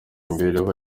imibereho